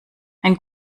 ein